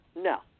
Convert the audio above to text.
No